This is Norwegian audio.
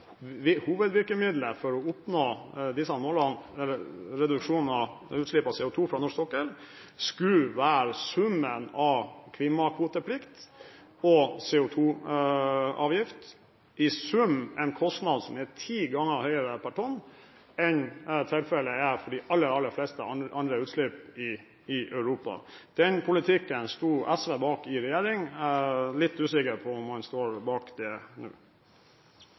hovedvirkemiddelet for å oppnå målet om reduksjon av CO2 fra norsk sokkel skulle være summen av klimakvoteplikt og CO2-avgift, i sum en kostnad som er ti ganger høyere per tonn enn tilfellet er for de aller, aller fleste andre utslipp i Europa. Den politikken sto SV bak i regjering. Jeg er litt usikker på om man står bak den nå.